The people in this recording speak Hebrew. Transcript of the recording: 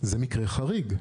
זה מקרה חריג.